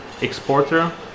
exporter